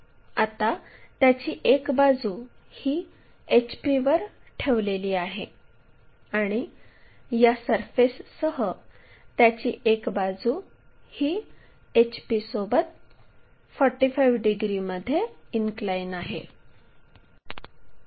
आता त्याची एक बाजू ही HP वर ठेवलेली आहे आणि या सरफेससह त्याची एक बाजू ही HP सोबत 45 डिग्रीमध्ये इनक्लाइन आहे